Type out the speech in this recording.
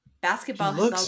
basketball